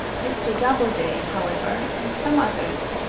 mr. doubleday, however, and some others,